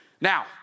Now